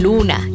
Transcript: Luna